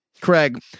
craig